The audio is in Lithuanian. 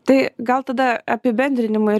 tai gal tada apibendrinimą ir